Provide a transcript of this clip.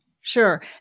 Sure